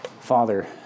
Father